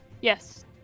yes